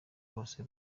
bose